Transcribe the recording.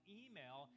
email